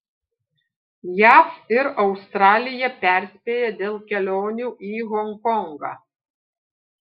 jav ir australija perspėja dėl kelionių į honkongą